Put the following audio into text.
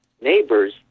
neighbors